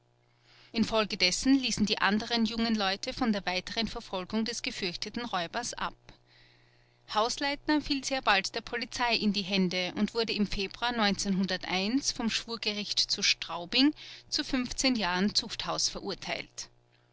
infolgedessen ließen die anderen jungen leute von der weiteren verfolgung des gefürchteten räubers ab hausleitner fiel sehr bald der polizei in die hände und wurde im februar vom schwurgericht zu straubing zu jahren zuchthaus verurteilt